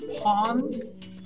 pond